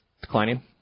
declining